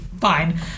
fine